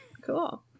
Cool